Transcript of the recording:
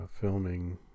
filming